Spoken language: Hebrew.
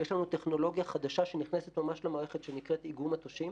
יש לנו טכנולוגיה חדשה שנכנסת ממש למערכת שנקראת "איגום מטושים".